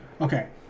okay